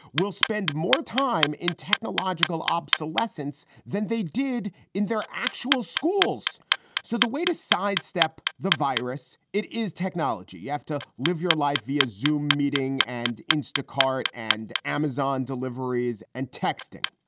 we'll spend more time in technological obsolescence than they did in their actual schools so the way to sidestep the virus, it is technology. you have to live your life via zoo meeting and instacart and amazon deliveries and texting.